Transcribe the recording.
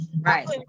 Right